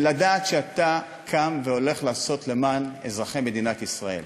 ולדעת שאתה קם והולך לעשות למען אזרחי מדינת ישראל,